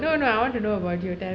no no I want to know about you tell me